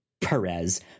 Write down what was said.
Perez